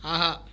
ஆஹா